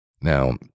Now